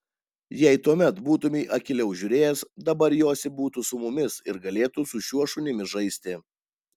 jei tuomet būtumei akyliau žiūrėjęs dabar josi būtų su mumis ir galėtų su šiuo šunimi žaisti